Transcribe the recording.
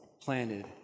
planted